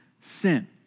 sin